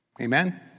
Amen